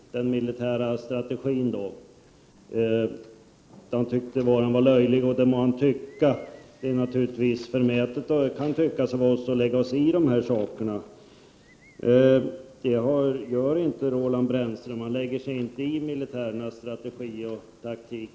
Fru talman! Roland Brännström tyckte att vad jag sade om den militära strategin var löjligt. Det må han tycka. Det kan naturligtvis ses som förmätet att vi i miljöpartiet lägger oss i dessa frågor. Något sådant gör inte Roland Brännström. Om jag har förstått saken rätt så lägger han sig inte i militärernas strategi och taktik.